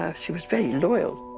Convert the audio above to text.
ah she was very loyal.